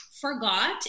forgot